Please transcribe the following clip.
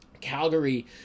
Calgary